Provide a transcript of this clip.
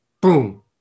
boom